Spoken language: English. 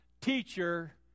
teacher